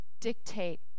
dictate